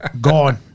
gone